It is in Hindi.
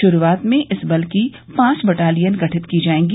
शुरूआत में इस बल की पांच बटालियन गठित की जायेंगी